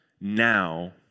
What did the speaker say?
now